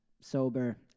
sober